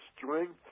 strength